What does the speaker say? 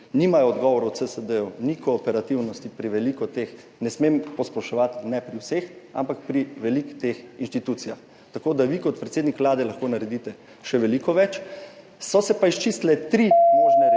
Nimajo odgovorov CSD, ni kooperativnosti pri veliko teh, ne smem posploševati, ne pri vseh, ampak pri veliko teh inštitucijah. Tako da vi kot predsednik vlade lahko naredite še veliko več. So se pa izčistile tri možne rešitve